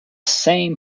same